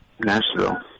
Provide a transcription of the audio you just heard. Nashville